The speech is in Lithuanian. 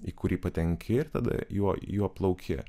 į kurį patenki ir tada juo juo plauki